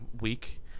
week